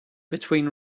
between